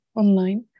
online